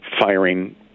firing